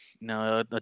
No